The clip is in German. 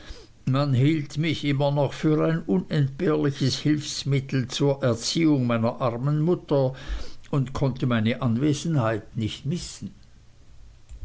man hielt mich immer noch für ein unentbehrliches hilfsmittel zur erziehung meiner armen mutter und konnte meine anwesenheit nicht missen